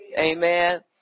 Amen